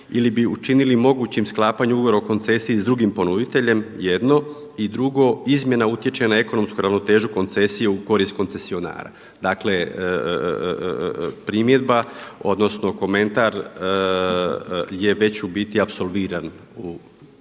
ili bi učinili mogućim sklapanje ugovora o koncesiji s drugim ponuditeljem, jedno. I drugo, izmjena utječe na ekonomsku ravnotežu koncesije u korist koncesionara. Dakle, primjedba odnosno komentar je već u biti apsolviran u samom